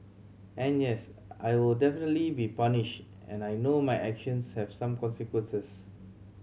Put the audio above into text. and yes I will definitely be punished and I know my actions have some consequences